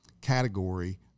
category